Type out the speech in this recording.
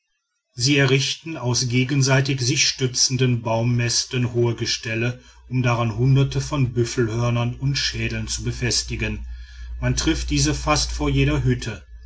sie errichten aus gegenseitig sich stützenden baumästen hohe gestelle um daran hunderte von büffelhörnern und schädeln zu befestigen man trifft diese fast vor jeder hütte